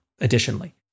additionally